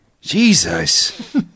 Jesus